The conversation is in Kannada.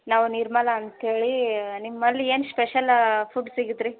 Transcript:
ನಾವು ನಿರ್ಮಲ ಅಂತ ಹೇಳಿ ನಿಮ್ಮಲ್ಲಿ ಏನು ಸ್ಪೆಷಲ್ ಫುಡ್ ಸಿಗುತ್ತೆ ರೀ